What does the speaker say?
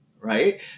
right